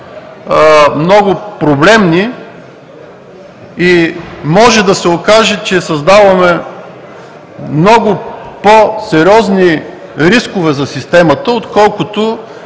много проблемни. Може да се окаже, че създаваме много по-сериозни рискове за системата, отколкото